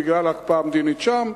בגלל ההקפאה המדינית שם,